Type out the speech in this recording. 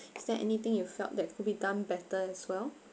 is there anything you felt that could be done better as well